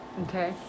Okay